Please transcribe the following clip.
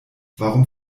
warum